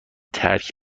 ترک